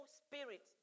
spirit